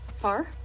far